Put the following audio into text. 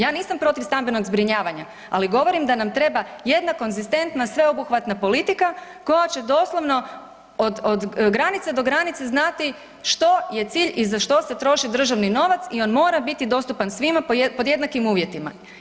Ja nisam protiv stambenog zbrinjavanja, ali govorim da nam treba jedna konzistentna sveobuhvatna politika koja će doslovno od granice do granice znati što je cilj i za što se troši državni novac i on mora biti dostupan svima pod jednakim uvjetima.